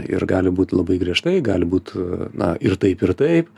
ir gali būt labai griežtai gali būt na ir taip ir taip